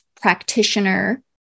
practitioner